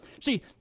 See